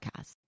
podcast